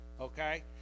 okay